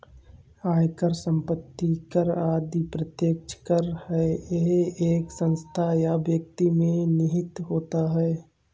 आयकर, संपत्ति कर आदि प्रत्यक्ष कर है यह एक संस्था या व्यक्ति में निहित होता है